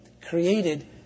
created